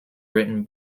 written